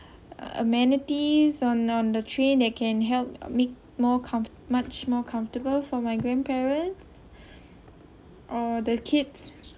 amenities on on the train that can help make more com~ much more comfortable for my grandparents or the kids